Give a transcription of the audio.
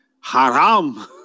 haram